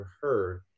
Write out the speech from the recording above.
heard